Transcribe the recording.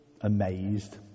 amazed